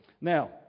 Now